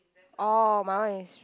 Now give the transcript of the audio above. orh my one is